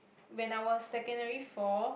when I was secondary-four